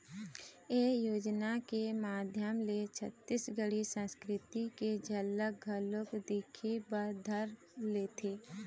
ए योजना के माधियम ले छत्तीसगढ़ी संस्कृति के झलक घलोक दिखे बर धर लेथे